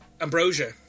Ambrosia